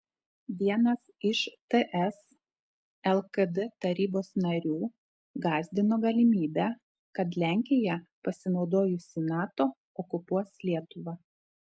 vienas iš ts lkd tarybos narių gąsdino galimybe kad lenkija pasinaudojusi nato okupuos lietuvą